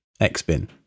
xbin